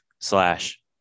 slash